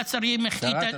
שרת התחבורה.